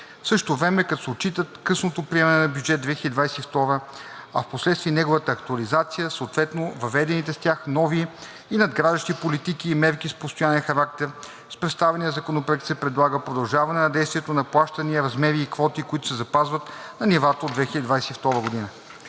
същото време, като се отчитат късното приемане на бюджет 2022, а впоследствие и неговата актуализация, съответно въведените с тях нови и надграждащи политики и мерки с постоянен характер, с представения законопроект се предлага продължаване на действието на плащания, размери и квоти, които се запазват на нивата от 2022 г.